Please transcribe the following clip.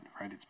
right